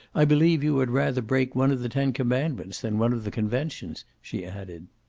i believe you would rather break one of the ten commandments than one of the conventions, she added.